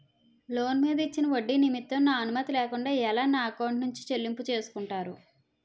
Loan మీద ఇచ్చిన ఒడ్డి నిమిత్తం నా అనుమతి లేకుండా ఎలా నా ఎకౌంట్ నుంచి చెల్లింపు చేసుకుంటారు?